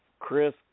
Chris